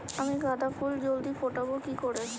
আমি গাঁদা ফুল জলদি ফোটাবো কি করে?